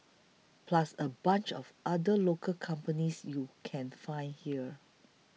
plus a bunch of other local companies you can find here